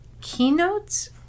keynotes